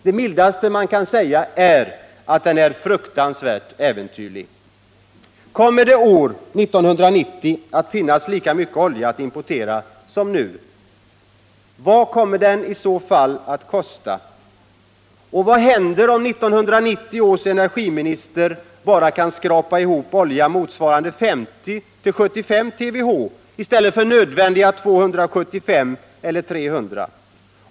Det mildaste man kan säga är att den är fruktansvärt äventyrlig. Kommer det år 1990 att finnas lika mycket olja att importera som nu? Vad kommer den i så fall att kosta? Och vad händer om 1990 års energiminister bara kan skrapa ihop olja motsvarande 50 eller 75 TWh i stället för nödvändiga 275 eller 300?